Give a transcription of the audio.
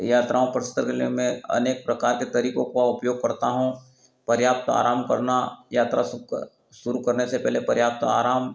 यात्राओं पर स्ट्रगल में मैं अनेक प्रकार के तरीकों का उपयोग करता हूँ पर्याप्त आराम करना यात्रा शुरू करने से पहले पर्याप्त आराम